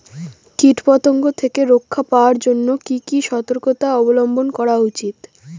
কীটপতঙ্গ থেকে রক্ষা পাওয়ার জন্য কি কি সর্তকতা অবলম্বন করা উচিৎ?